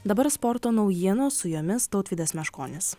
dabar sporto naujienos su jomis tautvydas meškonis